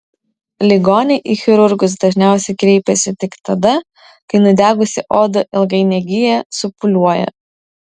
ligoniai į chirurgus dažniausiai kreipiasi tik tada kai nudegusi oda ilgai negyja supūliuoja